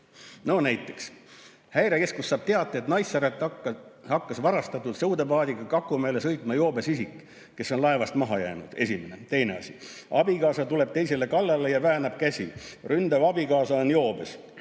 No näiteks, Häirekeskus saab teate, et Naissaarelt hakkas varastatud sõudepaadiga Kakumäele sõitma joobes isik, kes on laevast maha jäänud. Esimene asi. Teine asi. Abikaasa tuleb teisele kallale ja väänab käsi. Ründav abikaasa on joobes